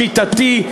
שיטתי,